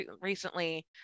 recently